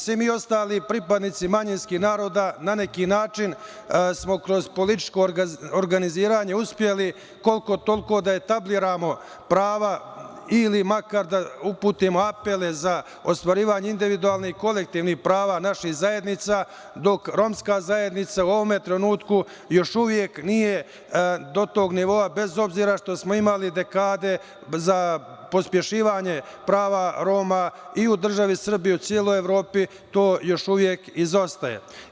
Svi mi ostali pripadnici manjinskih naroda smo na neki način kroz političko organiziranje uspeli koliko-toliko da etabliramo prava ili makar da uputimo apele za ostvarivanje individualnih kolektivnih prava naših zajednica, dok Romska zajednica u ovom trenutku još uvek nije do tog nivoa, bez obzira što smo imali dekade za pospešivanje prava Roma i u državi Srbiji i u celoj Evropi, to još uvek izostaje.